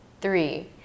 three